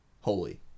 holy